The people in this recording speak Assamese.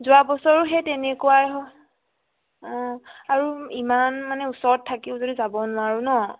যোৱা বছৰো সেই তেনেকুৱাই হ'ল অঁ আৰু ইমান মানে ওচৰত থাকিও যদি যাব নোৱাৰোঁ ন